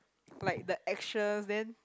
like the actions then